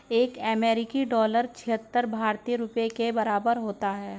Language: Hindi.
एक अमेरिकी डॉलर छिहत्तर भारतीय रुपये के बराबर होता है